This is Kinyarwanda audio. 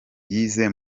yize